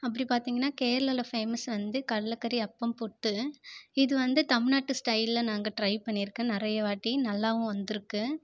அப்படி பார்த்தீங்கன்னா கேரளா ஃபேமஸ் வந்து கடல்லக்கறி அப்பம் புட்டு இது வந்து தமிழ்நாட்டு ஸ்டைலில் நாங்கள் ட்ரை பண்ணிருக்கேன் நிறையா வாட்டி நால்லாவு வந்துருக்குது